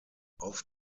auf